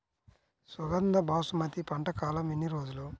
సుగంధ బాసుమతి పంట కాలం ఎన్ని రోజులు?